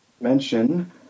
mention